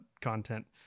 content